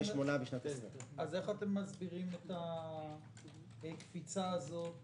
איך אתם מסבירים את הקפיצה הזאת